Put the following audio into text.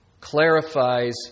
clarifies